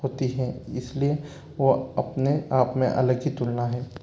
होती हैं इसलिए वह अपने आप में अलग ही तुलना है